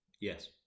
yes